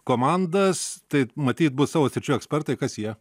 komandas tai matyt bus savo sričių ekspertai kas jie